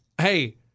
hey